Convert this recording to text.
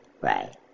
Right